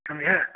समझे